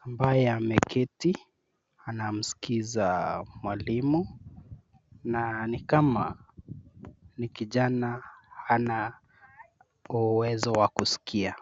ambaye ameketi anamsikiza mwalimu na ni kama ni kijana hana uwezo wa kusikia.